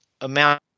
amount